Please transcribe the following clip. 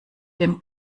dem